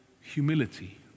humility